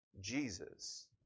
Jesus